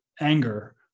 anger